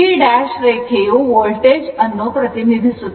ಈ dash ರೇಖೆಯು voltage ಅನ್ನು ಪ್ರತಿನಿಧಿಸುತ್ತದೆ